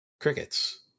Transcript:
Crickets